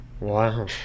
Wow